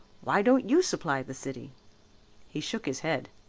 why don't you supply the city he shook his head,